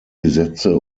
gesetze